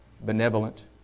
benevolent